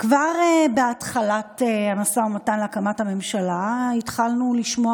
כבר בהתחלת המשא ומתן להקמת הממשלה התחלנו לשמוע